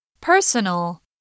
Personal